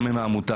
גם עם העמותה,